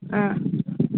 ആ